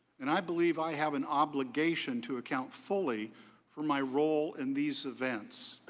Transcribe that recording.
and i believe i have an obligation to account fully for my role in these events.